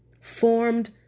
formed